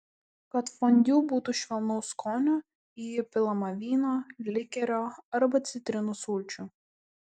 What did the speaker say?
kad fondiu būtų švelnaus skonio į jį pilama vyno likerio arba citrinų sulčių